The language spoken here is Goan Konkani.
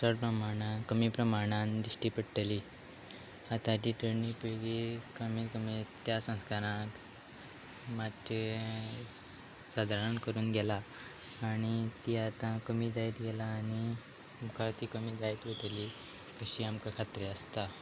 चड प्रमाणान कमी प्रमाणान दिश्टी पडटली आतां तीं तरणी पिळगी कमीत कमी त्या संस्कार मातशे सादारण करून गेला आनी ती आतां कमी जायत गेला आनी मुखार ती कमी जायत वयतली अशी आमकां खात्री आसता